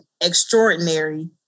extraordinary